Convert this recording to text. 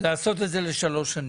לעשות את זה לשלוש שנים.